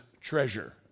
treasure